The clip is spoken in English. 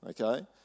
okay